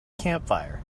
campfire